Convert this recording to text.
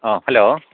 ꯑꯥ hello